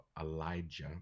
Elijah